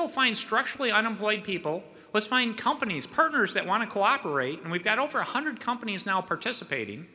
go find structurally i don't void people let's find companies partners that want to cooperate and we've got over one hundred companies now participating